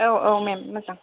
औ औ मेम मोजां